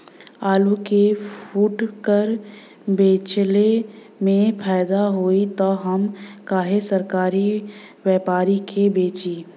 आलू के फूटकर बेंचले मे फैदा होई त हम काहे सरकारी व्यपरी के बेंचि?